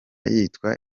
yitwa